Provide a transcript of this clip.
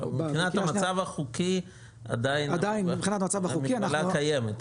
מבחינת המצב החוקי עדיין המגבלה קיימת,